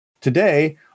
Today